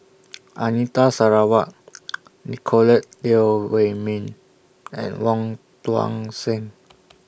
Anita Sarawak Nicolette Teo Wei Min and Wong Tuang Seng